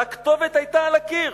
והכתובת היתה על הקיר.